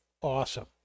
awesome